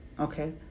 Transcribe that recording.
Okay